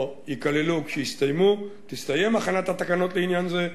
או ייכללו כשתסתיים הכנת התקנות לעניין זה,